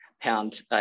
pound